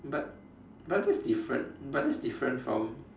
but but that's different but that's different from